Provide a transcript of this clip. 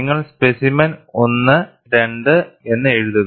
നിങ്ങൾ സ്പെസിമെൻ 1 2 എന്ന് എഴുതുക